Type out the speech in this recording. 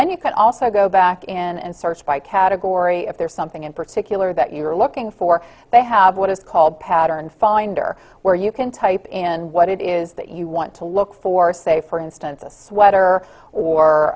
then you can also go back in and search by category if there's something in particular that you're looking for they have what is called pattern finder where you can type in what it is that you want to look for say for instance a sweater or